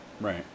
Right